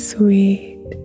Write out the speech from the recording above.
Sweet